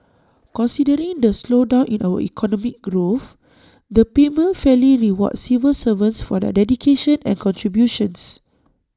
considering the slowdown in our economic growth the payment fairly rewards civil servants for their dedication and contributions